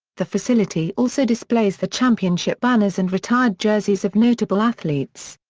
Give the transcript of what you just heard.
the facility also displays the championship banners and retired jerseys of notable athletes.